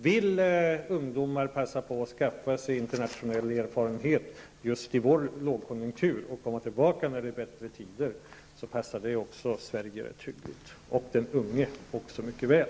Vill ungdomar passa på att skaffa sig internationell erfarenhet just i vår nuvarande lågkonjunktur och komma tillbaka när det är bättre tider, passar det Sverige rätt hyggligt och också den unge mycket väl.